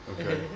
Okay